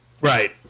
Right